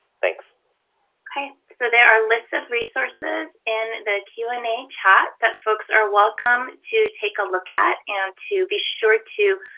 okay. so there are lists of resources in the q and a chat that folks are welcome to take a look at and to be sure to